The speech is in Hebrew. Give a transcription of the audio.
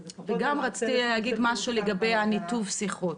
שזה --- רציתי להגיד גם משהו לגבי ניתוב השיחות.